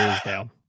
down